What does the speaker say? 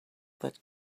that